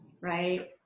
right